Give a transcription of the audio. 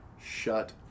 shut